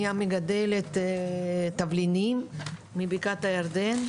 אני מגדלת תבלינים, מבקעת הירדן.